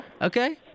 okay